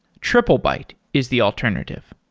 triplebyte is the alternative.